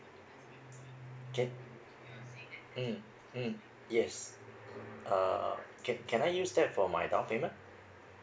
okay mm mm yes uh can can I use that for my down payment